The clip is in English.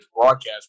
broadcast